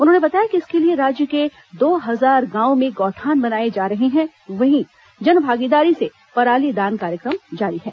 उन्होंने बताया कि इसके लिए राज्य के दो हजार गांवों में गौठान बनाएं जा रहे हैं जहां जन भागीदारी से परालीदान कार्यक्रम जारी है